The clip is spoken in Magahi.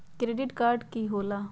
क्रेडिट कार्ड की होला?